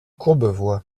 courbevoie